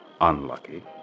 unlucky